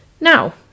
now